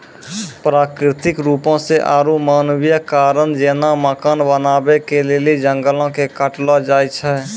प्राकृतिक रुपो से आरु मानवीय कारण जेना मकान बनाबै के लेली जंगलो के काटलो जाय छै